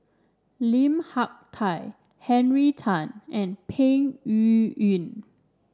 Lim Hak Tai Henry Tan and Peng Yuyun